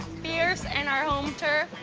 fierce, and our home turf.